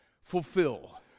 fulfill